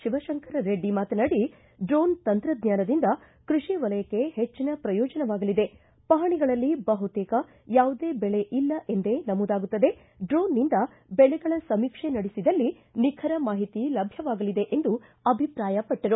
ಶಿವಶಂಕರ ರೆಡ್ಡಿ ಮಾತನಾಡಿ ಡ್ರೋನ್ ತಂತ್ರಜ್ಞಾನದಿಂದ ಕೃಷಿವಲಯಕ್ಕೆ ಪೆಚ್ಚಿನ ಪ್ರಯೋಜನವಾಗಲಿದೆ ಪಹಣಿಗಳಲ್ಲಿ ಬಹುತೇಕ ಯಾವುದೇ ಬೆಳೆ ಇಲ್ಲ ಎಂದೇ ನಮೂದಾಗುತ್ತದೆ ಡ್ರೋನ್ನಿಂದ ಬೆಳೆಗಳ ಸಮೀಕ್ಷೆ ನಡೆಸಿದಲ್ಲಿ ನಿಖರ ಮಾಹಿತಿ ಲಭ್ಯವಾಗಲಿದೆ ಎಂದು ಅಭಿಪ್ರಾಯಪಟ್ಟರು